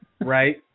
right